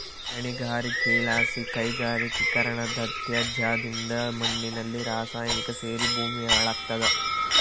ಗಣಿಗಾರಿಕೆಲಾಸಿ ಕೈಗಾರಿಕೀಕರಣದತ್ಯಾಜ್ಯದಿಂದ ಮಣ್ಣಿನಲ್ಲಿ ರಾಸಾಯನಿಕ ಸೇರಿ ಭೂಮಿ ಹಾಳಾಗ್ತಾದ